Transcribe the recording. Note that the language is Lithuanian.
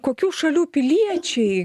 kokių šalių piliečiai